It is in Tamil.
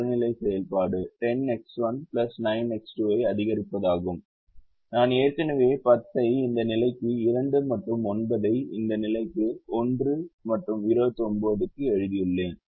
புறநிலை செயல்பாடு 10X1 9X2 ஐ அதிகரிப்பதாகும் நான் ஏற்கனவே 10 ஐ இந்த நிலைக்கு 2 மற்றும் 9 ஐ இந்த நிலைக்கு 1 29 க்கு எழுதியுள்ளேன்